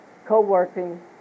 co-working